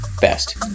best